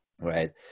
right